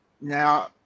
Now